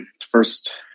first